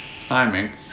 timing